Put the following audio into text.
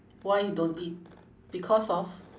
why don't eat because of